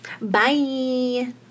bye